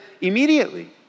immediately